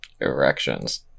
Erections